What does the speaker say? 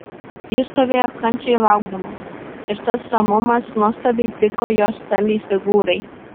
jis stovėjo kantriai laukdamas ir tas ramumas nuostabiai tiko jo stambiai figūrai